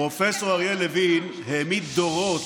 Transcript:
פרופ' אריה לוין העמיד דורות,